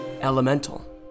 Elemental